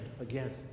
again